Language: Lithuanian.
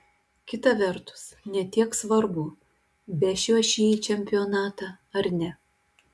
kita vertus ne tiek svarbu vešiu aš jį į čempionatą ar ne